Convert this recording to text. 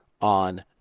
on